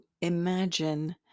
imagine